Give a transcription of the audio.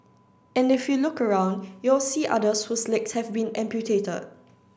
and if you look around you'll see others whose legs have been amputated